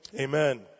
amen